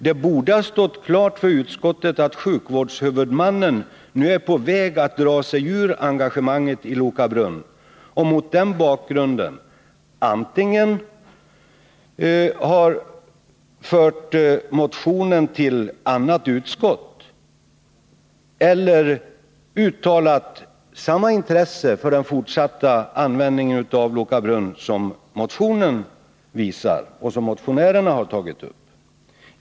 Det borde ha stått klart för utskottet att sjukvårdshuvudmannen nu är på väg att dra sig ur engagemanget i Loka brunn, och mot den bakgrunden borde man antingen ha fört motionen till annat utskott eller uttryckt samma intresse för den fortsatta verksamheten som motionärerna har visat.